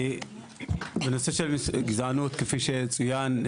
בנושא של גזענות כפי שצוין,